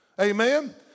Amen